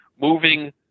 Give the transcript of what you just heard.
moving